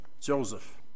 Joseph